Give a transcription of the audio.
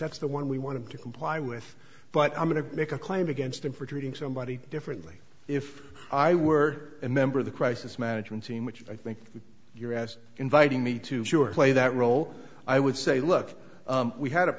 that's the one we want to comply with but i'm going to make a claim against him for treating somebody differently if i were a member of the crisis management team which i think you're as inviting me to sure play that role i would say look we had a